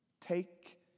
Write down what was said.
Take